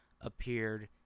appeared